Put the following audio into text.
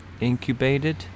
incubated